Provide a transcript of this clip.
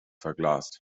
verglast